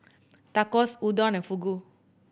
Tacos Udon and Fugu